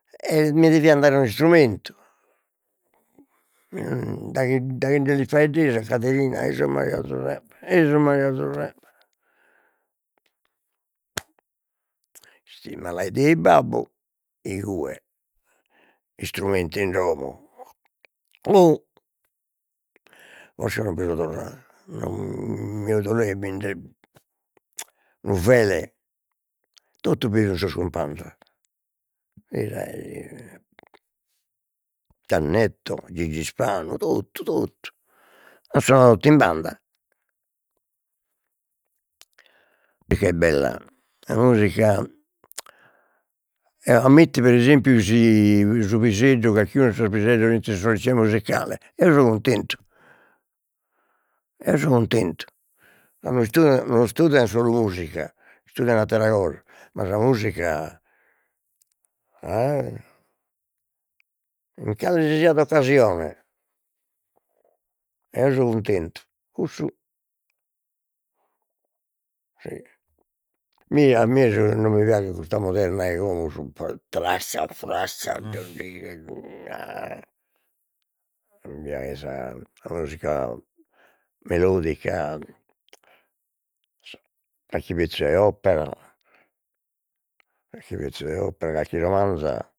E mi devian dare un'istrumentu daghi daghi nde lis faeddesi a Caderina 'esùs Maria Zuseppe 'esùs Maria Zuseppe, s'immalaideit babbu igue istrumentu in domo posca non bi so torradu mi 'odoleit minde unu fele totu bi fin sos cumpanzos 'ira 'e Deu: Giannetto, Gigi Spanu totu totu an sonadu tot'in banda mi chi est bella sa musica e, ammitti per esempiu si su piseddu calchi unu 'e sos piseddos musicale, eo so cuntentu eo so cuntentu no istudian solu musica istudian attera cosa ma sa musica eh! In calesisiat occasione eo so cuntentu, cussu e mi a mie su non mi piaghet custa moderna 'e como sun mi piaghet sa sa musica melodica, carchi pezzu 'e opera, calchi pezzu 'e opera, carchi romanza